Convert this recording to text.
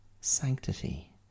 sanctity